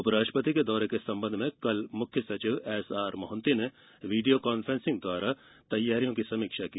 उपराष्ट्रपति के दौरे के संबंध में कल मुख्य सचिव एसआर मोहंती ने वीडियो कॉन्फ्रेंसिंग द्वारा तैयारियों की समीक्षा की